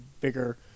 bigger